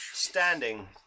standing